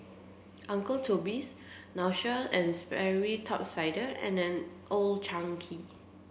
Uncle Toby's Nautica and Sperry Top Sider and Old Chang Kee